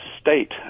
state